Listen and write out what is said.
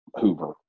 Hoover